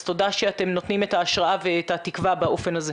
אז תודה שאתם נותנים את ההשראה ואת התקווה באופן הזה.